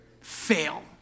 Fail